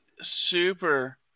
super